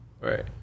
Right